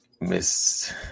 Miss